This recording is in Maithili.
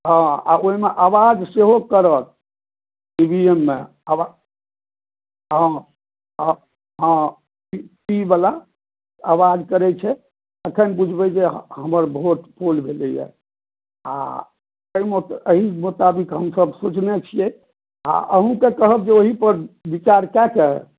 आ ओहिमे आवाज़ सेहो करत शुरूएमे हँ हँ पीवला आवाज़ करै छै तखन बुझबै जे हमर वोट पूर्ण भेलै हँ आ एहि मुताबिक़ हमसभ सोचने छियै आ अहूँक कहब जे एहि पर विचार कए कऽ